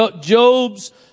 Job's